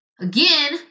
again